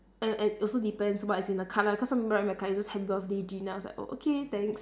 and and also depends what is in the card lah cause some people write in my card it's just happy birthday jean then I was like oh okay thanks